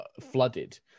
flooded